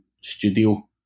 studio